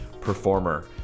performer